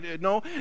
No